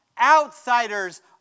Outsiders